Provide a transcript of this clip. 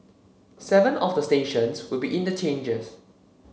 seven of the stations will be interchanges